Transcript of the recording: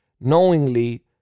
knowingly